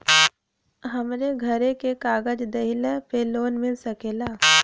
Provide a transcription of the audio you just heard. हमरे घरे के कागज दहिले पे लोन मिल सकेला?